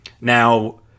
Now